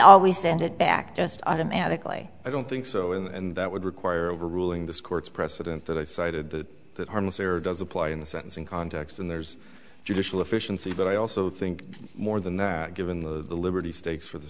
always send it back just automatically i don't think so and that would require overruling this court's precedent that i cited that that harmless error does apply in the sentencing context and there's judicial efficiency but i also think more than that given the liberty stakes for th